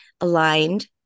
aligned